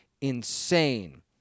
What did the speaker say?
insane